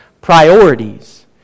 priorities